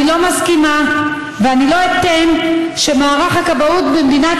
אני לא מסכימה ואני לא אתן שמערך הכבאות במדינת